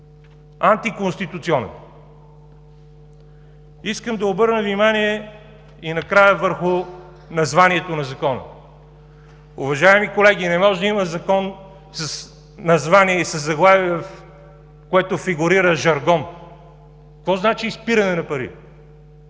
антиконституционен. Искам да обърна внимание и накрая върху названието на Закона. Уважаеми колеги, не може да има Закон с название и със заглавие, в което фигурира жаргон. Какво значи „изпиране на пари“?!